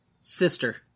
sister